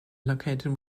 located